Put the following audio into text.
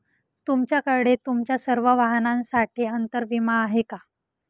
तुमच्याकडे तुमच्या सर्व वाहनांसाठी अंतर विमा आहे का